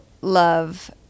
love